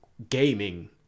gaming